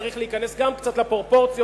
צריך להיכנס גם קצת לפרופורציות.